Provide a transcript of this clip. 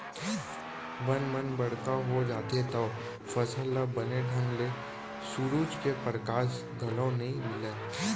बन मन बड़का हो जाथें तव फसल ल बने ढंग ले सुरूज के परकास घलौ नइ मिलय